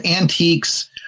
antiques